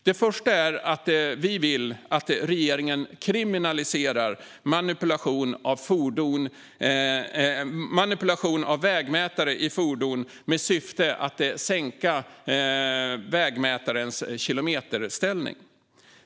Det första är att vi vill att regeringen kriminaliserar manipulation av vägmätare i fordon i syfte att sänka mätarens kilometerställning.